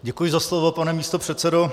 Děkuji za slovo, pane místopředsedo.